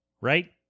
right